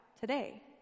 today